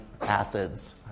acids